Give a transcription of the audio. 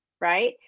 right